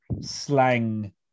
slang